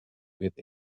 with